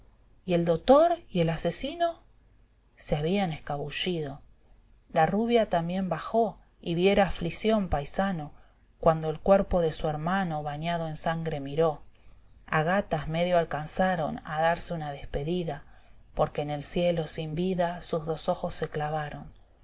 y el dotor y el asesino se habían escabullido fausto la rubia también bajó y viera aflición paisano cnando el cuerpo de su hermano bañado en sangre miró ágatas medio alcanzaron a darse una despedida porque en el ciejo sin vida sus dos ojos se clavaron